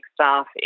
staff